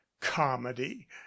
comedy